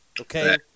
Okay